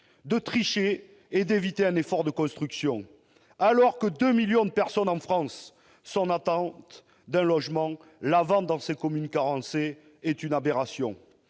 de tricher et d'éviter un effort de construction. Alors que 2 millions de personnes en France attentent un logement, la vente dans ces communes carencées est une aberration.